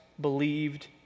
believed